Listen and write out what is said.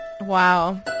Wow